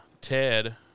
Ted